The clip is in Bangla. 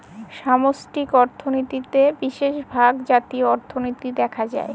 সামষ্টিক অর্থনীতিতে বিশেষভাগ জাতীয় অর্থনীতি দেখা হয়